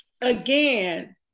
Again